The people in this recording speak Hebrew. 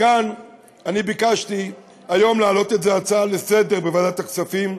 מכאן אני ביקשתי היום להעלות את זה כהצעה לוועדת הכספים,